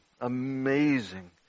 amazing